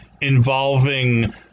involving